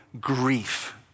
grief